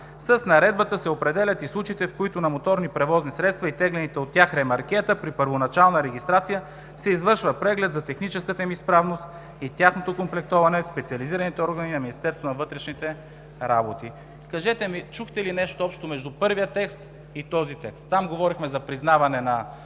„С наредбата се определят и случаите, в които на моторните превозни средства и теглените от тях ремаркета при първоначална регистрация се извършва преглед за техническата им изправност и тяхното комплектоване в специализираните органи на Министерството на вътрешните работи.“ Кажете ми: чухте ли нещо общо между първия текст и този текст? Там говорихме за признаване на